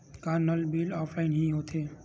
का नल bill offline हि होथे?